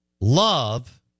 love